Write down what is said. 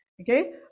okay